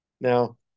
Now